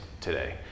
today